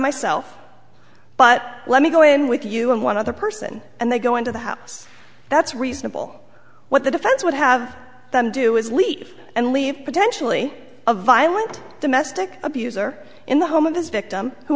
myself but let me go in with you and one other person and they go into the house that's reasonable what the defense would have them do is leave and leave potentially a violent domestic abuser in the home of this victim who